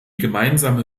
gemeinsame